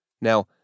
Now